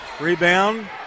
Rebound